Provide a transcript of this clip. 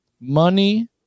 money